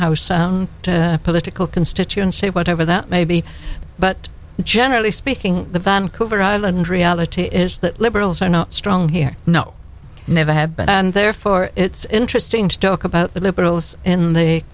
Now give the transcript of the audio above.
the political constituency whatever that may be but generally speaking the vancouver island reality is that liberals are not strong here no never have been and therefore it's interesting to talk about the liberals in the